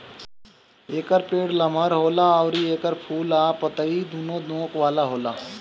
एकर पेड़ लमहर होला अउरी एकर फूल आ पतइ दूनो नोक वाला होला